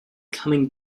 coming